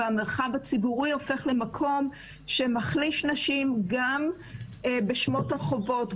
והמרחב הציבורי הופך למקום שמחליש נשים גם בשמות רחובות,